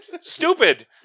Stupid